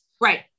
Right